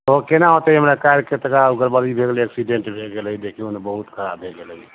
ओ केना होतै हमरा कारके तऽ ओकर अभी भऽ गेलै एक्सीडेंट भए गेलै देखियौ ने बहुत खराब भए गेलै